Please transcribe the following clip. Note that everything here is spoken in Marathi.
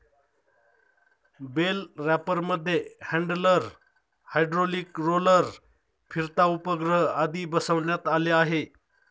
बेल रॅपरमध्ये हॅण्डलर, हायड्रोलिक रोलर, फिरता उपग्रह आदी बसवण्यात आले आहे